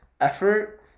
effort